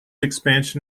expansion